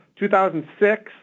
2006